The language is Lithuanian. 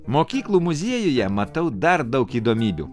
mokyklų muziejuje matau dar daug įdomybių